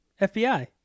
FBI